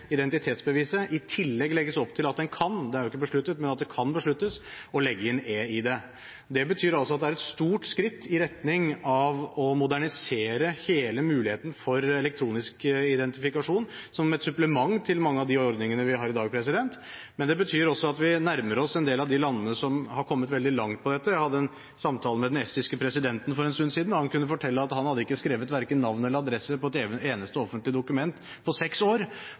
identitetsbeviset, i tillegg legges opp til at det kan besluttes – det er ikke besluttet – å legge inn e-ID. Det betyr at det er et stort skritt i retning av å modernisere hele muligheten for elektronisk identifikasjon som et supplement til mange av de ordningene vi har i dag, men det betyr også at vi nærmer oss en del av de landene som har kommet veldig langt på dette. Jeg hadde en samtale med den estiske presidenten for en stund siden, og han kunne fortelle at han ikke hadde skrevet verken navn eller adresse på et eneste offentlig dokument på seks år,